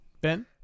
Ben